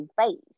face